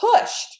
pushed